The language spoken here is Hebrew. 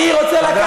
אני רוצה לקחת לך,